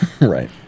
Right